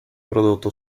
prodotto